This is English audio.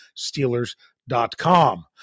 Steelers.com